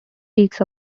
weeks